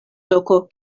loko